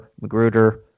Magruder